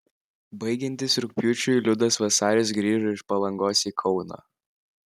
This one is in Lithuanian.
baigiantis rugpjūčiui liudas vasaris grįžo iš palangos į kauną